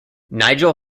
nigel